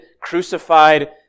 crucified